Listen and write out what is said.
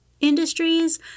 industries